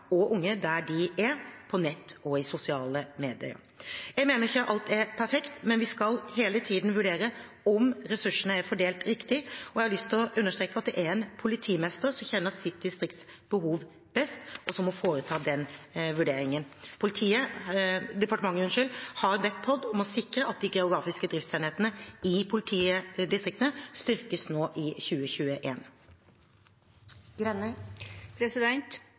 og unge der de er, på nett og i sosiale medier. Jeg mener ikke at alt er perfekt. Vi skal hele tiden vurdere om ressursene er fordelt riktig, men jeg har lyst til å understreke at det er en politimester som kjenner sitt distrikts behov best, og som må foreta den vurderingen. Departementet har bedt Politidirektoratet om å sikre at de geografiske driftsenhetene i politidistriktene styrkes nå i